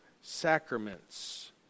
sacraments